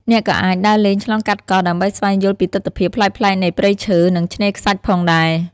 អ្នកក៏អាច ដើរលេងឆ្លងកាត់កោះ ដើម្បីស្វែងយល់ពីទិដ្ឋភាពប្លែកៗនៃព្រៃឈើ និងឆ្នេរខ្សាច់ផងដែរ។